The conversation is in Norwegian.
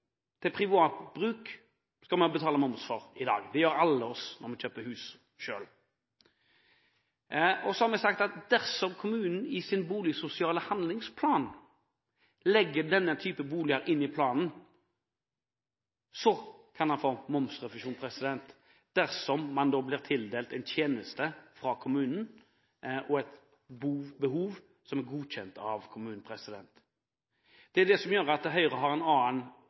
til privat bruk, skal man betale moms for dette i dag. Det gjør vi alle som kjøper hus. Så mener vi at dersom kommunen i sin boligsosiale handlingsplan legger den slags boliger inn i planen, kan man få momsrefusjon dersom man blir tildelt en tjeneste fra kommunen og har et behov som er godkjent av kommunen. Det er det som gjør at Høyre har